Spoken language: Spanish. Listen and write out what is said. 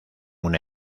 una